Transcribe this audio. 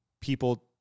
people